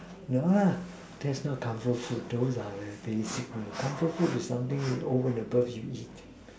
ya lah that's not comfort food those are the basic one comfort food is something you over the birth you eat